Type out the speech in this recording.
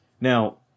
Now